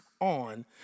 on